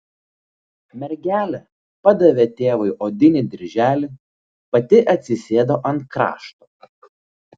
mergelė padavė tėvui odinį dirželį pati atsisėdo ant krašto